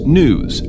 news